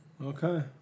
Okay